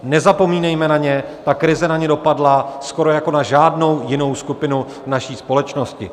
Nezapomínejme na ně, krize na ně dopadla skoro jako na žádnou jinou skupinu naší společnosti.